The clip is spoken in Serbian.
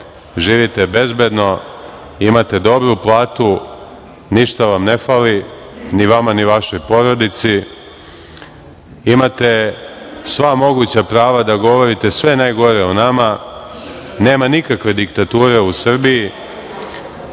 živite bezbedno imate dobru platu ništa vam ne fali ni vama ni vašoj porodici, imate sva moguća prava da govorite sve najgore o nama, nema nikakve diktature u Srbiji,